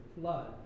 flood